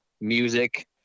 music